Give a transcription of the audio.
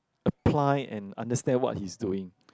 apply and understand what he's doing